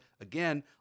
Again